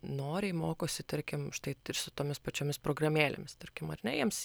noriai mokosi tarkim štai tai ir su tomis pačiomis programėlėmis tarkim ar ne jiems